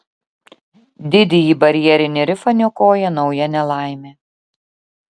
didįjį barjerinį rifą niokoja nauja nelaimė